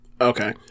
Okay